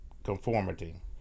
conformity